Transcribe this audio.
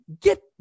get